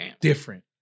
different